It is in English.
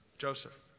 Joseph